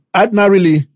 ordinarily